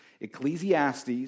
Ecclesiastes